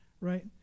right